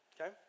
Okay